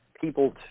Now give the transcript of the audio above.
people